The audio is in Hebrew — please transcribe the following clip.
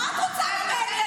מה את רוצה ממני?